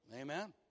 Amen